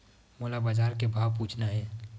मोला बजार के भाव पूछना हे?